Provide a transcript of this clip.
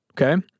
Okay